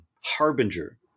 harbinger